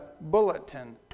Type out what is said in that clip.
bulletin